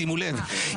שימו לב,